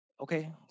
okay